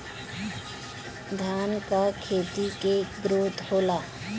धान का खेती के ग्रोथ होला?